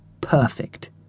Perfect